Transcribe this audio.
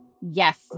Yes